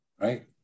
right